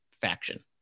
faction